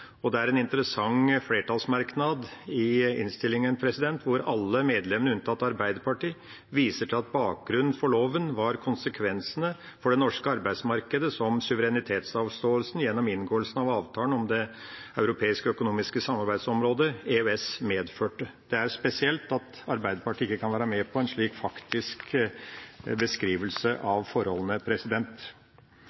1994. Det er en interessant flertallsmerknad i innstillinga, hvor alle medlemmene unntatt Arbeiderpartiet viser til at bakgrunnen for loven var konsekvensene for det norske arbeidsmarkedet som suverenitetsavståelsen gjennom inngåelsen av avtalen om Det europeiske økonomiske samarbeidsområdet, EØS, medførte. Det er spesielt at Arbeiderpartiet ikke kan være med på en slik faktisk beskrivelse